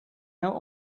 out